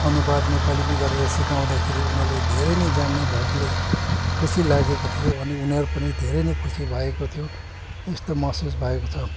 अनुवाद नेपालीमा गरेर सिकाउँदाखेरि उनीहरूले धेरै नै जान्ने भएकोले खुसी लागेको थियो अनि उनीहरू पनि धेरै नै खुसी भएको थियो यस्तो महसुस भएको छ